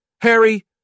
Harry